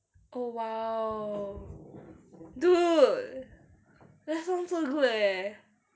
oh !wow! dude that sounds so good eh